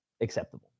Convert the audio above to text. acceptable